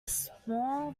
small